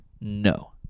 No